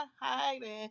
hiding